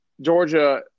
Georgia